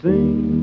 Sing